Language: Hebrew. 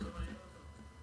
לא מעניין אותו?